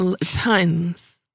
Tons